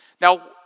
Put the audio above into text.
Now